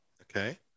Okay